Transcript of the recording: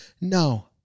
no